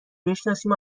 بشناسیم